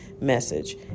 message